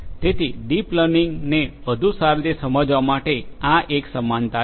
તેથી ડીપ લર્નિંગને વધુ સારી રીતે સમજવા માટે આ એક સમાનતા છે